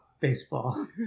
baseball